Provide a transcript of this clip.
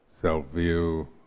self-view